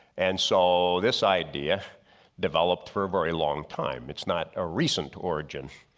and so, this idea developed for a very long time. it's not a recent origin.